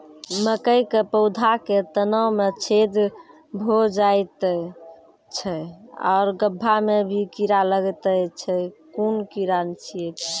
मकयक पौधा के तना मे छेद भो जायत छै आर गभ्भा मे भी कीड़ा लागतै छै कून कीड़ा छियै?